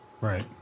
Right